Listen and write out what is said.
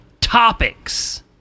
topics